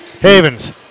Havens